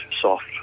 soft